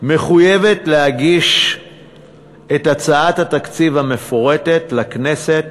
מחויבת להגיש את הצעת התקציב המפורטת לכנסת